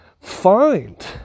find